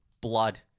blood